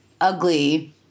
ugly